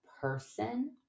person